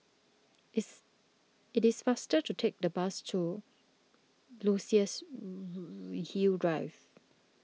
it's it is faster to take the bus to Luxus Hill Drive